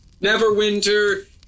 neverwinter